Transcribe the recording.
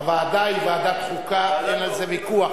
ההצעה להעביר את הצעת חוק נכסים של נספי השואה